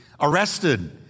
arrested